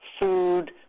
food